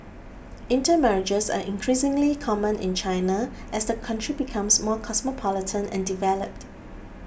intermarriages are increasingly common in China as the country becomes more cosmopolitan and developed